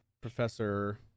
Professor